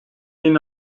yine